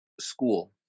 school